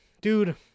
Dude